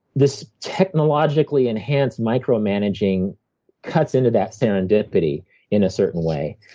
this technologically enhanced micromanaging cuts into that serendipity in a certain way.